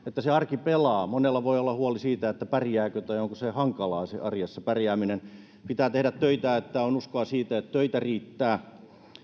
arki pelaa monella voi olla huoli siitä pärjääkö tai onko arjessa pärjääminen hankalaa pitää tehdä töitä että on uskoa siihen että töitä riittää